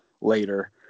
later